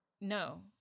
No